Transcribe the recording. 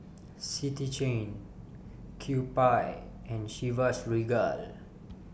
City Chain Kewpie and Chivas Regal